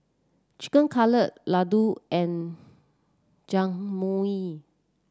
Chicken Cutlet Ladoo and Jajangmyeon